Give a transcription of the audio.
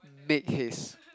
make haste